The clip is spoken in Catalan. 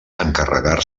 encarregar